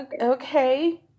okay